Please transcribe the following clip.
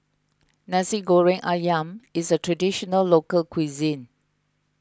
Nasi Goreng Ayam is a Traditional Local Cuisine